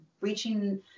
reaching